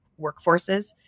workforces